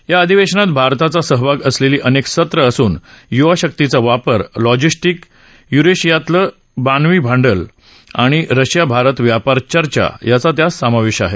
या अधिवेशानत भारताचा सहभाग असलेली अनेक सत्र असुन युवाशक्तीचा वापर लॉजिस्टीक युरेशियातील मानवी भांडवल आणि रशिया भारत व्यापार चर्चा यांचा त्यात समावेश आहे